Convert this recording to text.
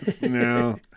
no